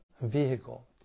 vehicle